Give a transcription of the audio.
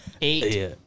eight